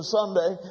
Sunday